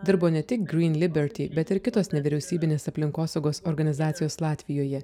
dirbo ne tik gryn liberty bet ir kitos nevyriausybinės aplinkosaugos organizacijos latvijoje